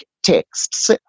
Texts